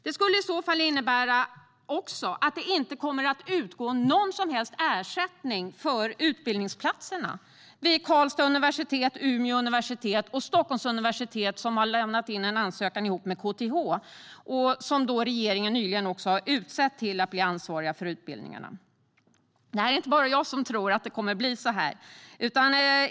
Det skulle i så fall innebära att det inte kommer att utgå någon som helst ersättning för utbildningsplatserna vid Karlstads universitet, Umeå universitet och Stockholms universitet som har lämnat in en ansökan ihop med KTH och som regeringen nyligen har utsett till att bli ansvariga för utbildningarna. Det är inte bara jag som tror att det kommer att bli så här.